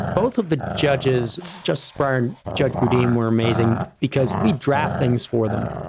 both of the judges justice bryer judge boudin were amazing, because we draft things for them.